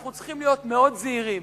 אנחנו צריכים להיות מאוד זהירים.